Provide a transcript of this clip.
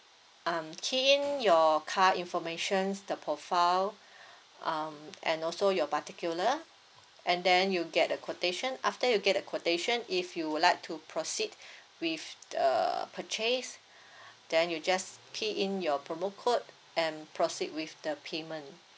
um key in your car informations the profile um and also your particular and then you get the quotation after you get the quotation if you would like to proceed with the purchase then you just key in your promo code and proceed with the payment